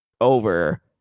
over